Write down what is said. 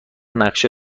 نقشه